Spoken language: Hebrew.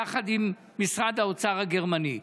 יחד עם משרד האוצר הגרמני.